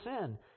sin